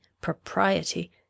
propriety